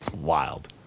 Wild